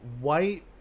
White